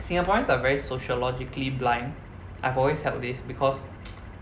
singaporeans are very sociologically blind I've always held this because